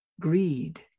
greed